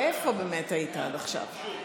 איפה היית עד עכשיו?